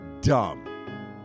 dumb